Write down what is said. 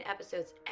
episodes